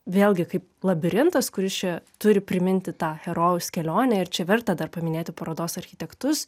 vėlgi kaip labirintas kuris čia turi priminti tą herojaus kelionę ir čia verta dar paminėti parodos architektus